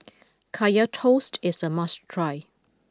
Kaya Toast is a must try